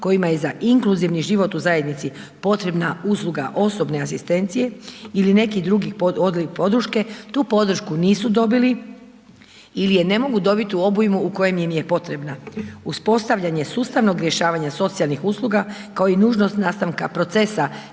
kojima je za inkluzivni život u zajednici, potreba usluga osobne asistencije ili nekih drugih …/Govornik se ne razumije./… tu podršku nisu dobili ili je ne mogu dobiti u obujmu u kojoj im je potreba. Uspostavljenje sustavnog rješavanja socijalnih usluga, kao i nužnost nastanka procesa